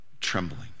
trembling